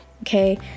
okay